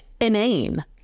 inane